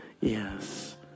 Yes